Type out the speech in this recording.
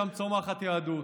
שם צומחת יהדות,